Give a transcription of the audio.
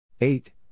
eight